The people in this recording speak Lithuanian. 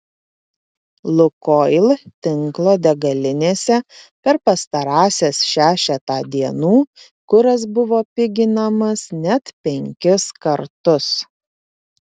lukoil tinklo degalinėse per pastarąsias šešetą dienų kuras buvo piginamas net penkis kartus